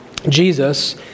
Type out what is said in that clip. Jesus